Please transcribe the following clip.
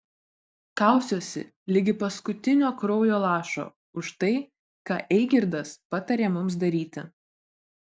kausiuosi ligi paskutinio kraujo lašo už tai ką eigirdas patarė mums daryti